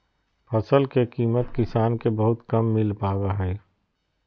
फसल के कीमत किसान के बहुत कम मिल पावा हइ